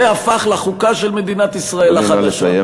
זה הפך לחוקה של מדינת ישראל החדשה,